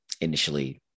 initially